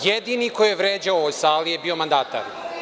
Jedini koji je vređao u ovoj sali je bio mandatar.